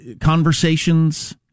conversations